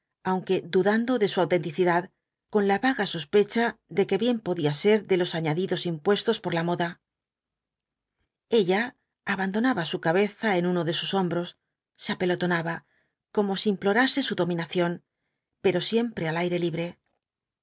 aunque dudando de su autenticidad con la vaga sospecha de que bien podía ser de los añadidos impuestos por la moda ella abandonaba su cabsza en uno de sus hombros se apelotonaba como si implorase au dominación pero siempre al aire libre